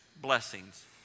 blessings